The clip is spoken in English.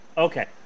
Okay